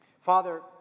Father